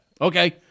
Okay